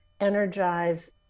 energize